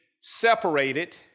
separated